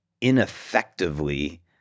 ineffectively